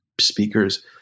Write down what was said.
speakers